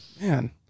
Man